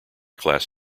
class